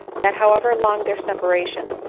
that however long their separation,